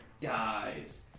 dies